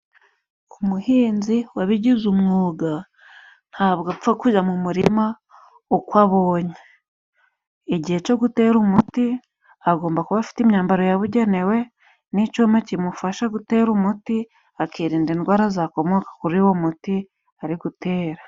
Ku muhinzi wabigize umwuga ntabwo apfa kujya mu murima uko abonye igihe co gutera umuti agomba kuba afite imyambaro yabugenewe n'icyuma kimufasha gutera umuti akirinda indwara zakomoka kuri uwo muti ari gutera.